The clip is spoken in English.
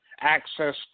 access